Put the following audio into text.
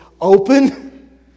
open